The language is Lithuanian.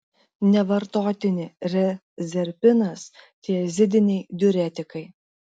nevartotini rezerpinas tiazidiniai diuretikai